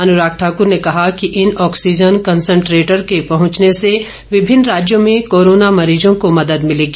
अनुराग ठाक्र ने कहा कि इन ऑक्सीजन कन्सट्रेटर के पहुंचने से विभिन्न राज्यों में कोरोना मरीजों को मदद मिलेगी